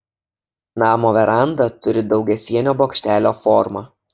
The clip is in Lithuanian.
namo veranda turi daugiasienio bokštelio formą